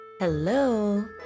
Hello